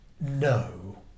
No